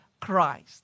Christ